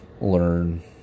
Learn